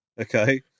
okay